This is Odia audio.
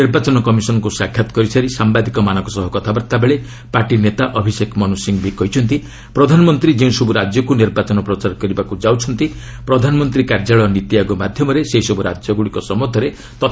ନିର୍ବାଚନ କମିଶନ୍ଙ୍କୁ ସାକ୍ଷାତ୍ କରିସାରି ସାମ୍ବାଦିକମାନଙ୍କ ସହ କଥାବାର୍ତ୍ତାବେଳେ ପାର୍ଟି ନେତା ଅଭିଷେକ୍ ମନୁ ସିଙ୍ଗ୍ବି କହିଛନ୍ତି ପ୍ରଧାନମନ୍ତ୍ରୀ ଯେଉଁସବୁ ରାଜ୍ୟକୁ ନିର୍ବଚନ ପ୍ରଚାର କରିବାକୁ ଯାଉଛନ୍ତି ପ୍ରଧାନମନ୍ତ୍ରୀ କାର୍ଯ୍ୟାଳୟ ନୀତି ଆୟୋଗ ମାଧ୍ୟମରେ ସେହିସବ୍ଧ ରାଜ୍ୟଗୁଡ଼ିକ ସମ୍ପନ୍ଧରେ ତଥ୍ୟ ସଂଗ୍ରହ କର୍ରଛି